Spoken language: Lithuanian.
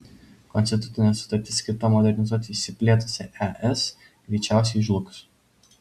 konstitucinė sutartis skirta modernizuoti išsiplėtusią es greičiausiai žlugs